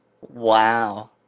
Wow